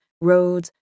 roads